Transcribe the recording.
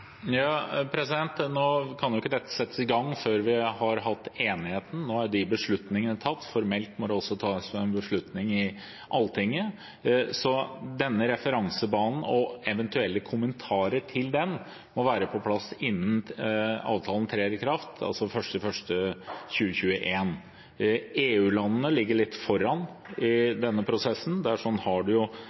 Nå kan ikke dette settes i gang før vi har fått enigheten, når beslutningene er tatt. Formelt må det også tas en beslutning i Alltinget. Så denne referansebanen og eventuelle kommentarer til den må være på plass innen avtalen trer i kraft, altså den 1. januar 2021. EU-landene ligger litt foran i denne prosessen. Der er det kommentarer til de fleste lands referansebaner, bortsett fra når det